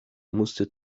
musste